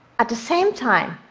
at the same time,